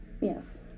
Yes